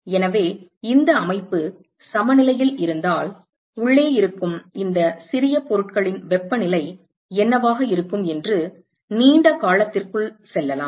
எனவே இந்த அமைப்பு சமநிலையில் இருந்தால் உள்ளே இருக்கும் இந்த சிறிய பொருட்களின் வெப்பநிலை என்னவாக இருக்கும் என்று நீண்ட காலத்திற்குள் சொல்லலாம்